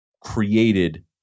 created